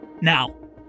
Now